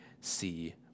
see